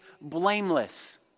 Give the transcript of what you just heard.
blameless